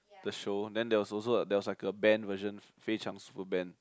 the show then there's also there's like a band version 非常:Fei-Chang Superband